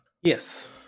Yes